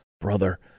brother